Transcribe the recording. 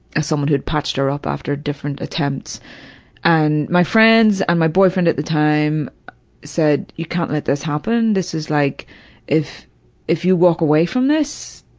as someone who'd patched her up after different attempts and my friends and my boyfriend at the time said you can't let this happen. this is like if if you walk away from this,